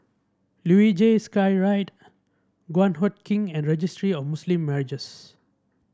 Luge Skyride Guan Huat Kiln and Registry of Muslim Marriages